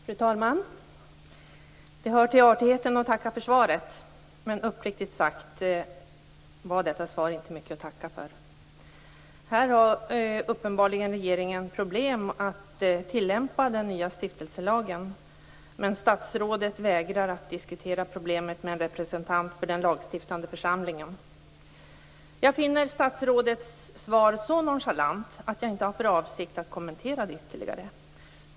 Fru talman! Det hör till artigheten att tacka för svaret. Men uppriktigt sagt var detta svar inte mycket att tacka för. Här har uppenbarligen regeringen problem med att tillämpa den nya stiftelselagen, men statsrådet vägrar att diskutera problemet med en representant för den lagstiftande församlingen. Jag finner statsrådets svar så nonchalant att jag inte har för avsikt att kommentera det ytterligare.